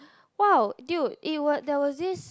!wow! dude it was there was this